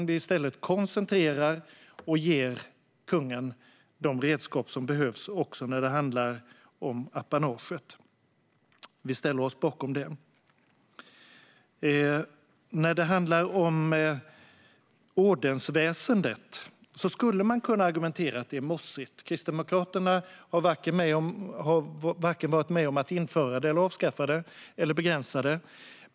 Vi ställer oss bakom översynen. När det gäller ordensväsendet skulle man kunna argumentera att det är mossigt. Kristdemokraterna har inte varit med om att vare sig införa, avskaffa eller begränsa det.